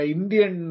Indian